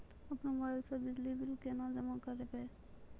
अपनो मोबाइल से बिजली बिल केना जमा करभै?